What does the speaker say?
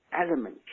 Element